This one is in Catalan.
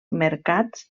mercats